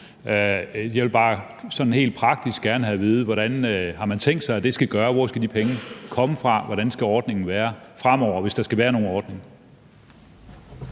Jeg vil bare sådan helt praktisk gerne have at vide, hvordan man har tænkt sig, at det skal gøres. Hvor skal de penge komme fra? Hvordan skal ordningen være fremover – hvis der skal være en ordning?